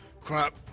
Crap